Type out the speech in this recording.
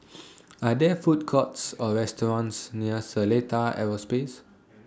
Are There Food Courts Or restaurants near Seletar Aerospace